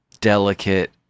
delicate